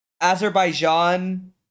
Azerbaijan